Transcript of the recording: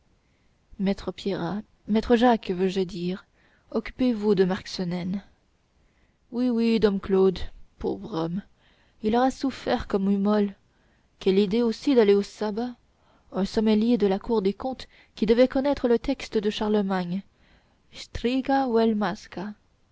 maître pierrat maître jacques veux-je dire occupez-vous de marc cenaine oui oui dom claude pauvre homme il aura souffert comme mummol quelle idée aussi d'aller au sabbat un sommelier de la cour des comptes qui devrait connaître le texte de charlemagne stryga